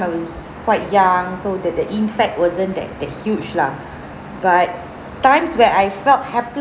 I was quite young so the the impact wasn't that that huge lah but times when I felt helpless